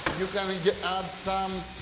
you can add some,